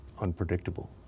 unpredictable